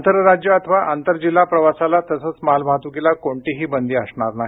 आंतरराज्य अथवा आंतरजिल्हा प्रवासाला तसंच मालवाहतुकीला कोणतीही बंदी असणार नाही